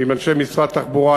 ישבנו עם אנשי משרד התחבורה,